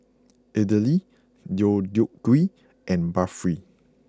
Idili Deodeok Gui and Barfi